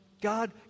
God